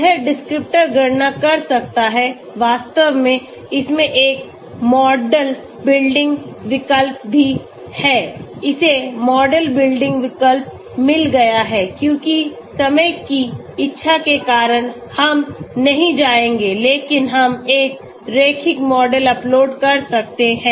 यह डिस्क्रिप्टर गणना कर सकता है वास्तव में इसमें एक मॉडल बिल्डिंग विकल्प भी है इसे मॉडल बिल्डिंग विकल्प मिल गया है क्योंकि समय की इच्छा के कारण हम नहीं जाएंगे लेकिन हम एक रैखिक मॉडल अपलोड कर सकते हैं